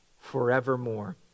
forevermore